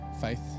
faith